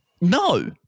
no